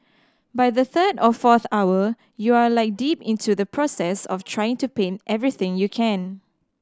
by the third or fourth hour you are like deep into the process of trying to paint everything you can